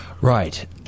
Right